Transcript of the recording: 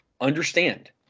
understand